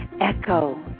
echo